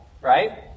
right